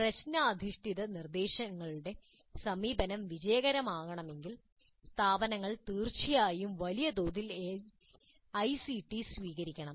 പ്രശ്നഅധിഷ്ഠിത നിർദ്ദേശങ്ങളുടെ സമീപനം വിജയകരമാകണമെങ്കിൽ സ്ഥാപനങ്ങൾ വളരെ വലിയ തോതിൽ ഐസിടി സ്വീകരിക്കണം